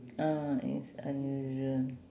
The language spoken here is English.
ah it's unusual